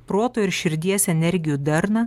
proto ir širdies energijų darną